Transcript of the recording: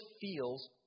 feels